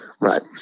Right